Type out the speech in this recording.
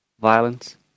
violence